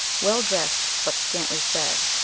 well dressed, but scantily fed,